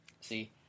See